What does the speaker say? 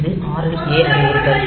இது RL A அறிவுறுத்தல்